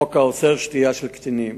חוק האוסר שתייה של קטינים.